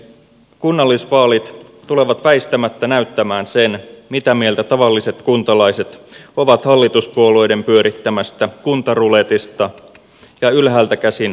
kunnallisvaalit tulevat väistämättä näyttämään sen mitä mieltä tavalliset kuntalaiset ovat hallituspuolueiden pyörittämästä kuntaruletista ja ylhäältä käsin suoritetusta sanelupolitiikasta